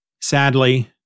sadly